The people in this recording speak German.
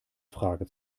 frage